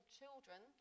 children